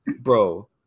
bro